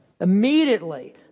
Immediately